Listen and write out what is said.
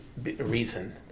reason